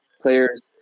players